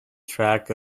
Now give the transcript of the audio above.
track